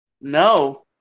No